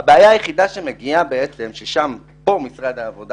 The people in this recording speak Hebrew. -- הבעיה היחידה שמגיעה בעצם ששם רק משרד העבודה